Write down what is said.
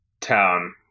town